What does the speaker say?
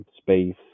space